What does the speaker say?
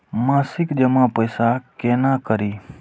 मासिक जमा पैसा केना करी?